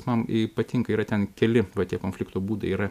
kas man patinka yra ten keli va tie konflikto būdai yra